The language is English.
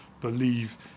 believe